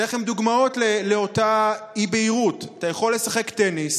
אתן לכם דוגמאות לאותה אי-בהירות: אתה יכול לשחק טניס